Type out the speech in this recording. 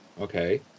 okay